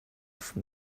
from